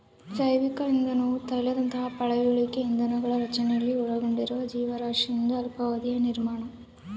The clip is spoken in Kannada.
ಜೈವಿಕ ಇಂಧನವು ತೈಲದಂತಹ ಪಳೆಯುಳಿಕೆ ಇಂಧನಗಳ ರಚನೆಯಲ್ಲಿ ಒಳಗೊಂಡಿರುವ ಜೀವರಾಶಿಯಿಂದ ಅಲ್ಪಾವಧಿಯ ನಿರ್ಮಾಣ